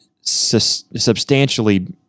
substantially